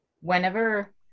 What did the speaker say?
whenever